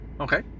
Okay